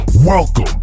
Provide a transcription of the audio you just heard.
Welcome